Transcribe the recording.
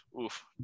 Oof